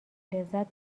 لذت